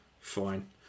Fine